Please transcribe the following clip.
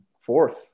fourth